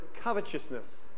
covetousness